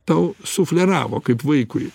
tau sufleravo kaip vaikui